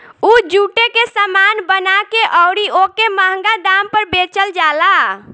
उ जुटे के सामान बना के अउरी ओके मंहगा दाम पर बेचल जाला